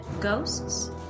Ghosts